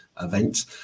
event